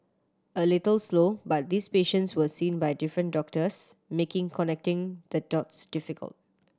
a little slow but these patients were seen by different doctors making connecting the dots difficult